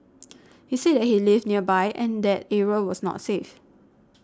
he said that he lived nearby and that area was not safe